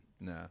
no